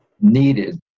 needed